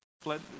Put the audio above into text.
Fled